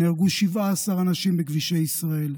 נהרגו 17 אנשים בכביש ישראל,